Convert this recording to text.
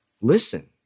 Listen